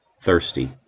thirsty